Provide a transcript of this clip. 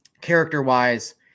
Character-wise